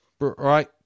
Right